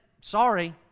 Sorry